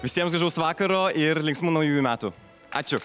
visiems gražaus vakaro ir linksmų naujųjų metų ačiū